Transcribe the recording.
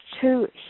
two